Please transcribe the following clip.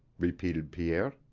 repeated pierre.